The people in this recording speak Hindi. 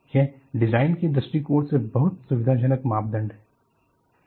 यह डिजाइन के दृष्टिकोण से बहुत सुविधाजनक मापदण्ड है